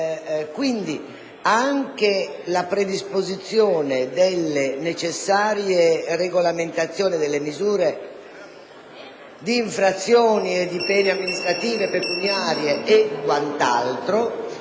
Quindi, anche la predisposizione delle necessarie regolamentazioni delle misure di infrazione e di pene amministrative pecuniarie e quant'altro